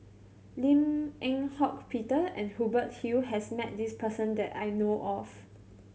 Lim Eng Hock Peter and Hubert Hill has met this person that I know of